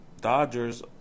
Dodgers